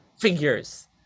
figures